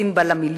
רצים בה למיליון,